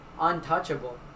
untouchable